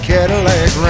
Cadillac